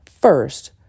first